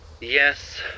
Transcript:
Yes